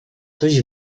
coś